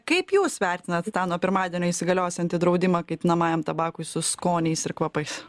kaip jūs vertinat tą nuo pirmadienio įsigaliosiantį draudimą kaitinamajam tabakui su skoniais ir kvapais